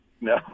no